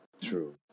True